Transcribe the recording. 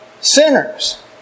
sinners